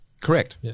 Correct